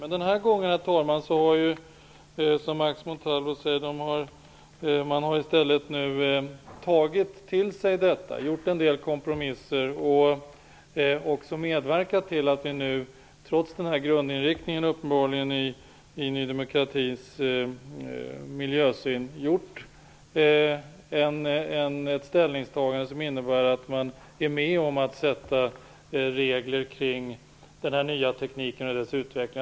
Men den här gången har man från Ny demokratis sida, trots denna grundinriktning i Ny demokratis miljösyn, uppenbarligen gjort en del kompromisser och kommit fram till ett ställningstagande som innebär att man är med på att sätta upp regler för den här nya tekniken och dess utveckling.